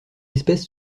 espèce